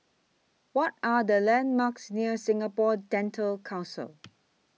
What Are The landmarks near Singapore Dental Council